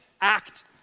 act